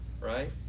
right